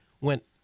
went